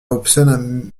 hobson